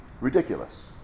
ridiculous